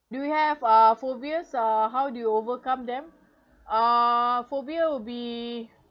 do you have uh phobias uh how do you overcome them uh phobia will be